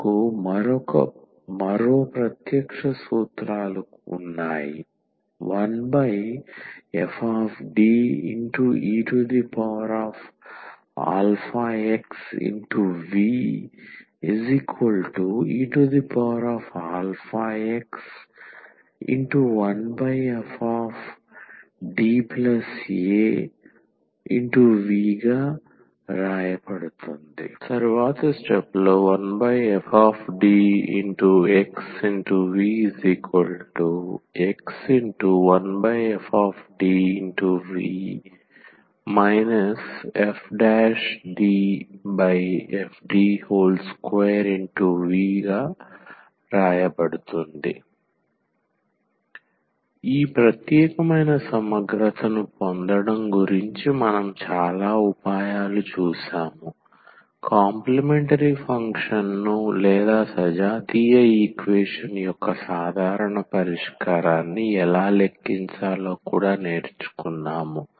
మనకు మరొ ప్రత్యక్ష సూత్రాలు ఉన్నాయి 1fDeaxVeax1fDaV 1fDxVx1fV fDfD2V ఈ ప్రత్యేకమైన సమగ్రతను పొందడం గురించి మనం చాలా ఉపాయాలు చూశాము కాంప్లిమెంటరీ ఫంక్షన్ను లేదా సజాతీయ ఈక్వేషన్ యొక్క సాధారణ పరిష్కారాన్ని ఎలా లెక్కించాలో కూడా నేర్చుకున్నాము